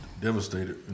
devastated